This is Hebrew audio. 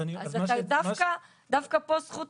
אז דווקא פה זכות